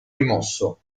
rimosso